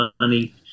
money